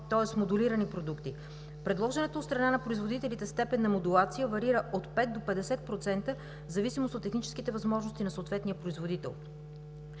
тоест модулирани продукти. Предложената от страна на производителите степен на модулация варира от 5 до 50% в зависимост от техническите възможности на съответния производител.